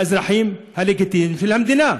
האזרחים הלגיטימיים של המדינה.